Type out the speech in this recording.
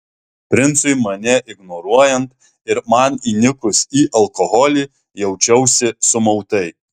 princui mane ignoruojant ir man įnikus į alkoholį jaučiausi sumautai